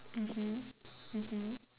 mmhmm mmhmm